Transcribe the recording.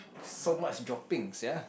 so much droppings sia